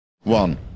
One